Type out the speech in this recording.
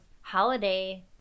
holiday